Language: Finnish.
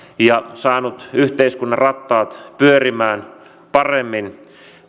ja saanut yhteiskunnan rattaat pyörimään paremmin